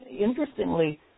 Interestingly